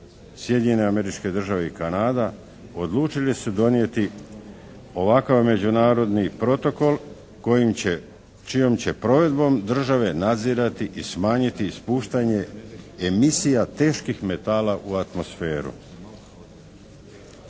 Sjedinjene Američke Države i Kanada odlučile su donijeti ovakav međunarodni protokol kojim će, čijom će provedbom države nadzirati i smanjiti spuštanje emisija teških metala u atmosferu.